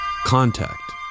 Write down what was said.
contact